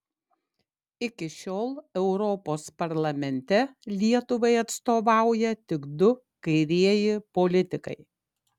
iki šiol europos parlamente lietuvai atstovauja tik du kairieji politikai